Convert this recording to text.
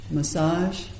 Massage